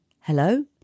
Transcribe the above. Hello